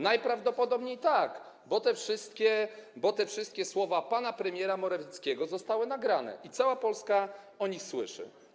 Najprawdopodobniej tak, bo te wszystkie słowa pana premiera Morawieckiego zostały nagrane i cała Polska o nich słyszy.